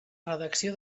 redacció